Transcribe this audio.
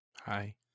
Hi